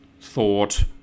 thought